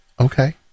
Okay